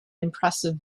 impressive